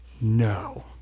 no